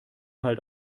halt